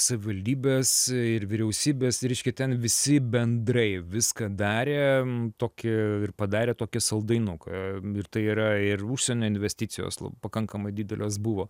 savivaldybės ir vyriausybės reiškia ten visi bendrai viską darė tokį ir padarė tokį saldainuką ir tai yra ir užsienio investicijos pakankamai didelės buvo